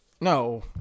No